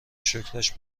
شکرش